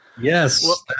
yes